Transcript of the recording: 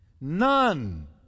None